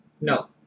No